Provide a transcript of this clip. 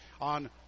on